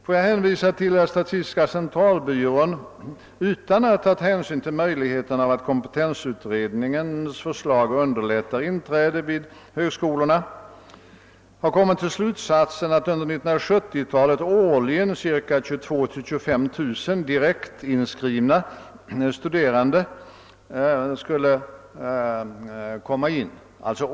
Får jag hänvisa till att statistiska centralbyrån utan att ha tagit hänsyn till möjligheten att kompetensutredningsförslaget underlättar inträde vid högskolorna har kommit till slutsatsen att under 1970-talet 22 000—-235 000 studerande årligen kommer att direktinskrivas vid universitet och högskolor.